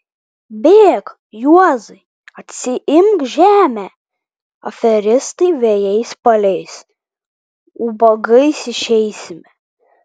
bėk juozai atsiimk žemę aferistai vėjais paleis ubagais išeisime